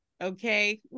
Okay